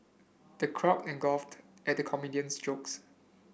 the crowd in guffawed at the comedian's jokes